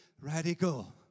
radical